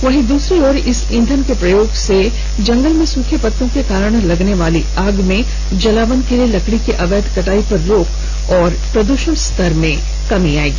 वहीं दूसरी ओर इस ईंधन के प्रयोग से जंगल में सूखे पत्तों के कारण लगने वाली आग में जलावन के लिए लकड़ी की अवैध कटाई पर रोक एवं प्रदूषण स्तर में कमी आएगी